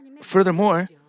Furthermore